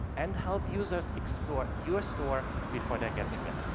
and help users explore your store before they're getting there.